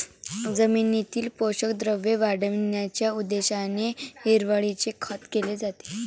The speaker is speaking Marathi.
जमिनीतील पोषक द्रव्ये वाढविण्याच्या उद्देशाने हिरवळीचे खत केले जाते